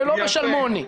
ולא בשלמוני.